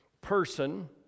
person